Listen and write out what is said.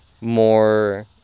more